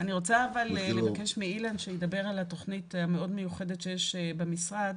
אני רוצה לבקש מאילן שידבר על התוכנית המאוד מיוחדת שיש במשרד